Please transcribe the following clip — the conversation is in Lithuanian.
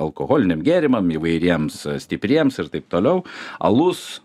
alkoholiniam gėrimam įvairiems stipriems ir taip toliau alus